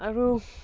আৰু